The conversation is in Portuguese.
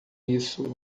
isso